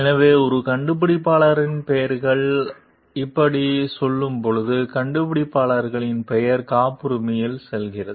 எனவே ஒரு கண்டுபிடிப்பாளரின் பெயர்கள் இப்படி செல்லும்போது கண்டுபிடிப்பாளர்கள் பெயர் காப்புரிமையில் செல்கிறது